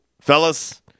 fellas